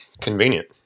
Convenient